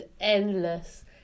endless